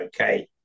okay